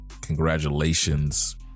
Congratulations